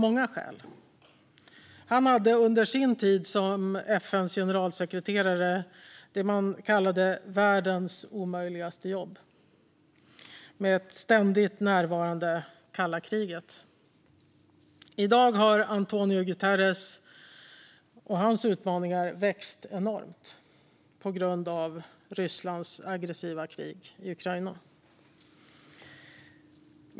Han hade under sin tid som FN:s generalsekreterare det man kallade världens omöjligaste jobb, med det ständigt närvarande kalla kriget. I dag har António Guterres utmaningar växt enormt på grund av Rysslands aggressiva krig i Ukraina.